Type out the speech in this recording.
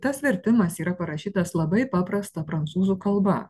tas vertimas yra parašytas labai paprasta prancūzų kalba